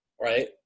right